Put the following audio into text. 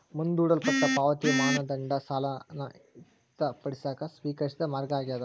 ಮುಂದೂಡಲ್ಪಟ್ಟ ಪಾವತಿಯ ಮಾನದಂಡ ಸಾಲನ ಇತ್ಯರ್ಥಪಡಿಸಕ ಸ್ವೇಕರಿಸಿದ ಮಾರ್ಗ ಆಗ್ಯಾದ